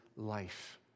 life